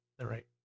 right